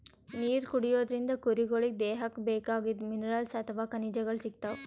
ನೀರ್ ಕುಡಿಯೋದ್ರಿಂದ್ ಕುರಿಗೊಳಿಗ್ ದೇಹಕ್ಕ್ ಬೇಕಾಗಿದ್ದ್ ಮಿನರಲ್ಸ್ ಅಥವಾ ಖನಿಜಗಳ್ ಸಿಗ್ತವ್